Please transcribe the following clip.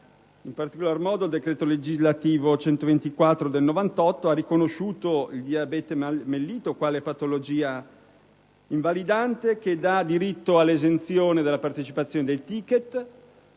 In particolar modo il decreto legislativo n. 124 del 1998 ha riconosciuto il diabete mellito quale patologia invalidante, che dà diritto all'esenzione dal pagamento del *ticket*,